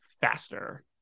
faster